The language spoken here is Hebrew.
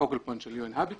ה-focal point של UN-Habitat,